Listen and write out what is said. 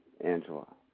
Angela